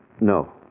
No